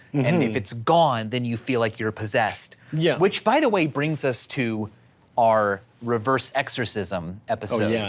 and if it's gone, then you feel like you're possessed. yeah which, by the way, brings us to our reverse exorcism episode, yeah